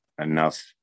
enough